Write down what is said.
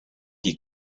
des